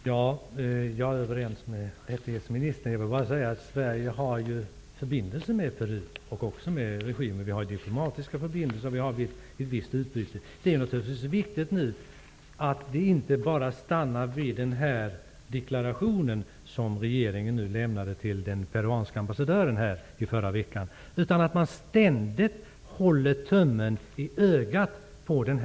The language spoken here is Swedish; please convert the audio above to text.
Väl fungerande kommunikationer är en grundförutsättning för ett väl fungerande näringsliv. Försämringarna i kommunikationerna begränsar kraftigt möjligheterna att utveckla näringslivet i regionen och står i skarp kontrast mot regeringens uttalanden om att utveckla kommunikationerna. Sundsvall och Göteborg? För ett år sedan frågade jag statsrådet om regeringen avsåg ta några initiativ för att påtala förföljelserna och övergreppen mot assyrierna i sydöstra Turkiet. Sedan dess har förföljelserna av denna folkgrupp fortsatt med oförminskad styrka med våld av olika slag. Mänskliga rättigheter sitter trångt i denna del av Turkiet.